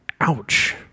Ouch